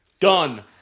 Done